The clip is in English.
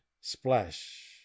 splash